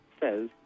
says